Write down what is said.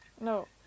No